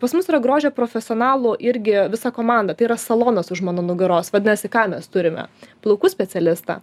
pas mus yra grožio profesionalų irgi visa komanda tai yra salonas už mano nugaros vadinasi ką mes turime plaukų specialistą